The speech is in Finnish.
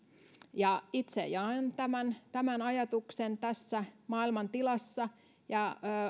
itse jaan tämän tämän ajatuksen tässä maailmantilassa ja